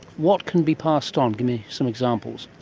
what can be passed on, give me some examples.